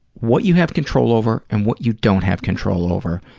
what you have control over and what you don't have control over.